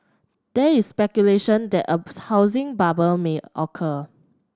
there is speculation that a housing bubble may occur